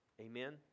Amen